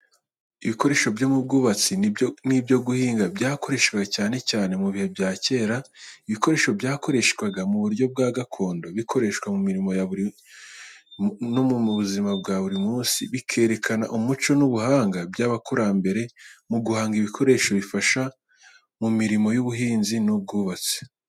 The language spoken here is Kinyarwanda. Ibikoresho byo mu bwubatsi n'ibyo guhinga byakoreshwaga cyane cyane mu bihe bya kera. Ibi bikoresho byakoreshwaga mu buryo bwa gakondo, bikoreshwa mu mirimo yo mu murima no mu buzima bwa buri munsi. Bikerekana umuco n'ubuhanga bw'abakurambere mu guhanga ibikoresho bifasha mu mirimo y'ubuhinzi n'ubwubatsi.